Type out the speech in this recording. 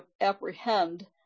apprehend